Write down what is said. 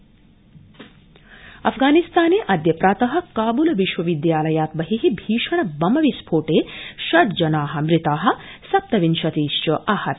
अफगानिस्तान अफगानिस्तानेऽद्य प्रात काब्ल विश्वविद्यालयात् बहि भीषण बम विस्फोटे षड्जना मृता सप्तविंशतिश्च आहता